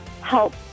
help